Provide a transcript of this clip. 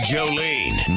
Jolene